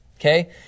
okay